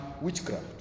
witchcraft